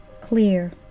clear